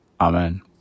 amen